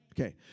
Okay